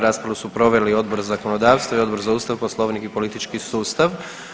Raspravu su proveli Odbor za zakonodavstvo i Odbor za Ustav, Poslovnik i politički sustav.